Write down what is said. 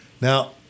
Now